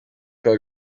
kwa